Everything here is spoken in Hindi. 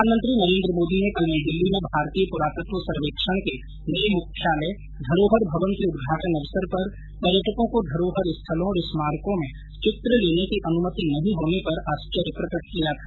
प्रधानमंत्री नरेंद्र मोदी ने कल नई दिल्ली में भारतीय पुरातत्व सर्वेक्षण के नये मुख्यालय धरोहर भवन के उदघाटन अवसर पर पर्यटकों को धरोहर स्थलों और स्मारकों में चित्र लेने कीँ अनुमति नहीं होने पर आर्श्य्य प्रकट किया था